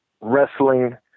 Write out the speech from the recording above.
wrestling